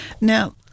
Now